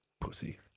pussy